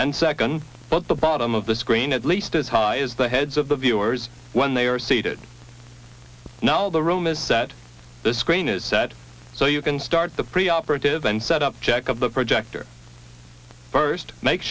and second but the bottom of the screen at least as high as the heads of the viewers when they are seated now the room is that the screen is set so you can start the pre operative and set up check of the projector first make